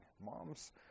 Moms